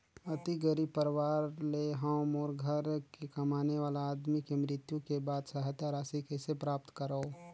अति गरीब परवार ले हवं मोर घर के कमाने वाला आदमी के मृत्यु के बाद सहायता राशि कइसे प्राप्त करव?